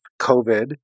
COVID